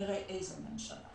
נראה איזו ממשלה.